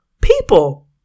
people